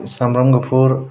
सामब्राम गुफुर